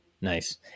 Nice